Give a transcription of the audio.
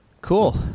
Cool